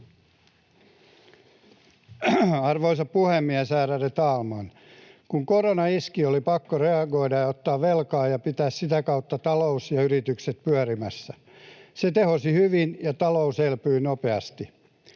Arvoisa puhemies, ärade talman! Kun korona iski, oli pakko reagoida, ottaa velkaa ja pitää sitä kautta talous ja yritykset pyörimässä. Se tehosi hyvin, ja talous elpyi nopeasti.